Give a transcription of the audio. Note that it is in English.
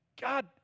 God